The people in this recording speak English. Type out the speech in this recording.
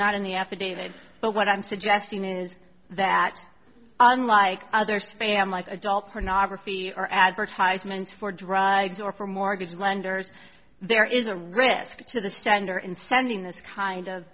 affidavit but what i'm suggesting is that unlike other spam like adult pornography or advertisements for drugs or for mortgage lenders there is a risk to the standard in sending this kind of